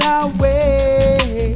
away